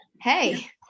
hey